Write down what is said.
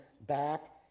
back